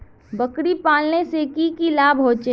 बकरी पालने से की की लाभ होचे?